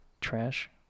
trash